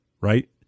right